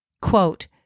Quote